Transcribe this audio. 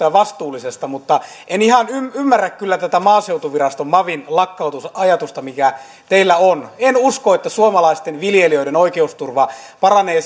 ja vastuullisesta vaihtoehdosta mutta en ihan ymmärrä kyllä tätä maaseutuviraston mavin lakkautusajatusta mikä teillä on en usko että suomalaisten viljelijöiden oikeusturva paranee